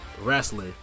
wrestler